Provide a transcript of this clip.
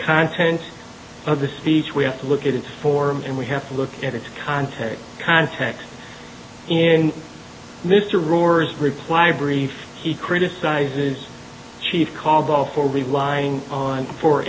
content of the speech we have to look at and form and we have to look at it to contact contacts in mr roars reply brief he criticized his chief called all for relying on for